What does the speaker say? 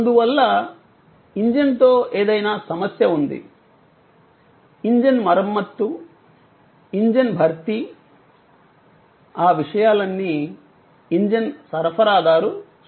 అందువల్ల ఇంజిన్తో ఏదైనా సమస్య ఉంది ఇంజిన్ మరమ్మత్తు ఇంజిన్ భర్తీ ఆ విషయాలన్నీ ఇంజిన్ సరఫరాదారు చూసుకుంటారు